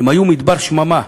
היו מדבר שממה,